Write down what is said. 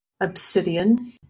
Obsidian